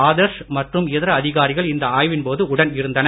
ஆதர்ஷ் மற்றும் இதர அதிகாரிகள் இந்த ஆய்வின் போது உடன் இருந்தனர்